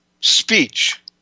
speech